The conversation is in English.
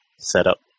setup